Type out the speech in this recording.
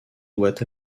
doit